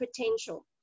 potential